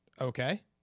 Okay